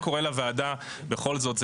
לוועדה בכל זאת,